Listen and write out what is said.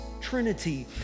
trinity